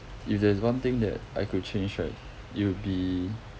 if there's one thing that I could change right it'll be